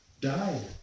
died